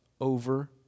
over